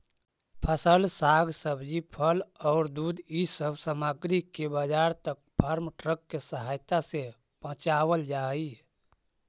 फसल, साग सब्जी, फल औउर दूध इ सब सामग्रि के बाजार तक फार्म ट्रक के सहायता से पचावल हई